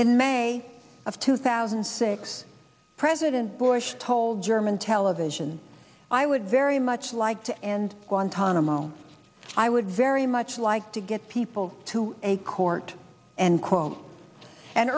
in may of two thousand and six president bush told german television i would very much like to end guantanamo i would very much like to get people to a court and quote and